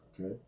Okay